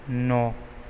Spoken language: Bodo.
न'